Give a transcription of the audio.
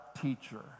teacher